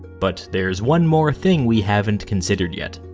but there's one more thing we haven't considered yet.